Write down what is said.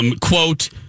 Quote